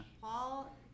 Paul